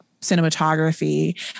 cinematography